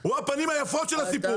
הוא הפנים היפות של הסיפור.